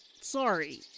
sorry